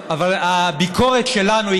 אבל הביקורת שלנו,